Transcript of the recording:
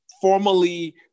formally